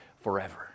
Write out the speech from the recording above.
forever